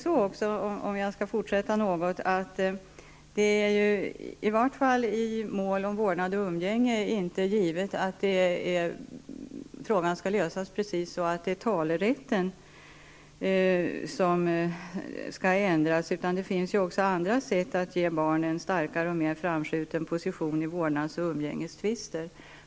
I varje fall i mål om vårdnad och umgänge är det inte givet att frågan skall lösas på ett sådant sätt att det är talerätten som skall ändras, utan det finns även andra sätt att ge barnen en starkare och mer framskjuten position i vårdnads och umgängestvister.